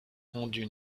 rendu